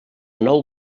nou